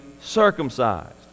circumcised